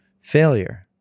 failure